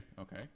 okay